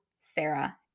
Sarah